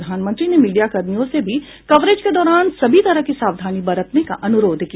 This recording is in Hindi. प्रधानमंत्री ने मीडियाकर्मियों से भी कवरेज के दौरान सभी तरह की सावधानी बरतने का अनुरोध किया